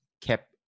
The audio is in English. Kept